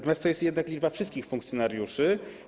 To jest jednak liczba wszystkich funkcjonariuszy.